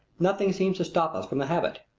nothing seems to stop us from the habit.